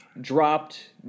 dropped